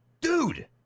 Dude